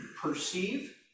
Perceive